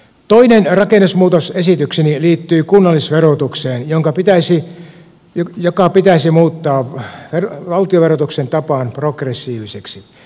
toinen rakennemuutosesitykseni liittyy kunnallisverotukseen joka pitäisi muuttaa valtion verotuksen tapaan progressiiviseksi